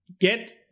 get